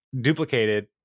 duplicated